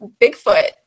bigfoot